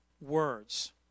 words